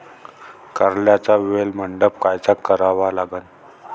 कारल्याचा वेल मंडप कायचा करावा लागन?